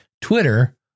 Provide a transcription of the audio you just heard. Twitter